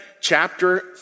chapter